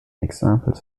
examples